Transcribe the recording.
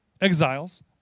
exiles